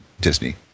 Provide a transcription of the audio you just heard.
disney